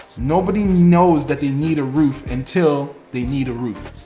nobody knows that they need a roof until they need a roof.